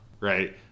right